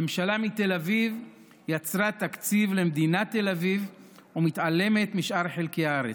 הממשלה מתל אביב יצרה תקציב למדינת תל אביב ומתעלמת משאר חלקי הארץ.